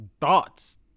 thoughts